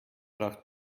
braucht